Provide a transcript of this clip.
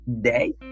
day